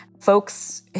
folks